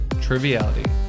Triviality